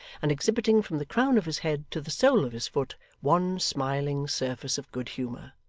and exhibiting from the crown of his head to the sole of his foot, one smiling surface of good humour.